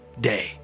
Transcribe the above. day